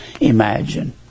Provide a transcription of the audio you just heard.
imagine